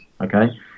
okay